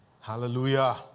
Hallelujah